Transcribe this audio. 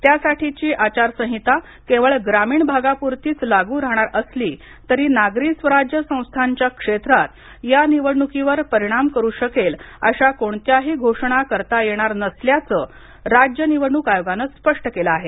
त्यासाठीची आचारसंहिता केवळ ग्रामीण भागापुरतीच लागू राहणार असली तरी नागरी स्वराज्य संस्थांच्या क्षेत्रात या निवडणुकीवर परिणाम करू शकेल अशा कोणत्याही घोषणा करता येणार नसल्याचं राज्य निवडणूक आयोगानं स्पष्ट केलं आहे